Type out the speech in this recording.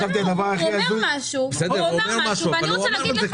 הוא אומר משהו, ואני רוצה להגיד.